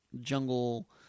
Jungle